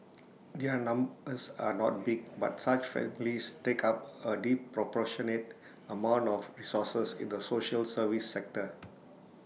their numbers are not big but such families take up A disproportionate amount of resources in the social service sector